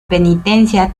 penitencia